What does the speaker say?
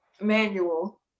manual